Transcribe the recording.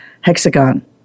hexagon